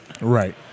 Right